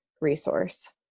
resource